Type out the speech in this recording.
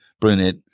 brunette